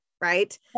right